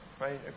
right